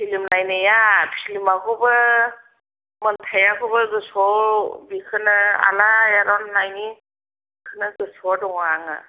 film नायनाया फिलिमाखौबो मोनथायाखौबो गोसोआव बेखोनो आलाइआरन होननायनि बेखौल' गोसोआव दङ आङो